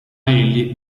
egli